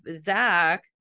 Zach